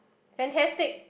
fantastic